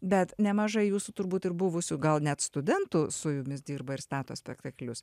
bet nemažai jūsų turbūt ir buvusių gal net studentų su jumis dirba ir stato spektaklius